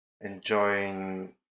enjoying